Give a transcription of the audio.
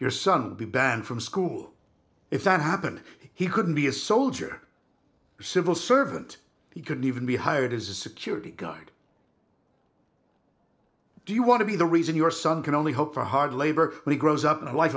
your son be banned from school if that happened he couldn't be a soldier civil servant he couldn't even be hired as a security guard do you want to be the reason your son can only hope for hard labor he grows up in a wife